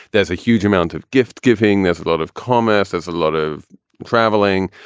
there's a huge amount of gift giving. there's a lot of commerce as a lot of traveling.